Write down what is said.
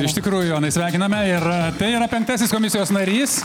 iš tikrųjų jonai sveikiname ir tai yra penktasis komisijos narys